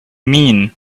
mean